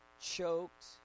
choked